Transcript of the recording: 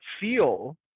feel